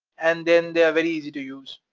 and then they're very easy to use,